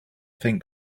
think